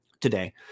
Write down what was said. today